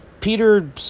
Peter